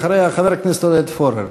אחריה, חבר הכנסת עודד פורר.